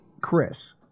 Chris